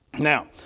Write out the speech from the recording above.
Now